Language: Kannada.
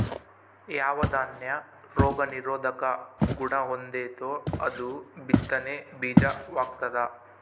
ಯಾವ ದಾನ್ಯ ರೋಗ ನಿರೋಧಕ ಗುಣಹೊಂದೆತೋ ಅದು ಬಿತ್ತನೆ ಬೀಜ ವಾಗ್ತದ